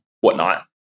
whatnot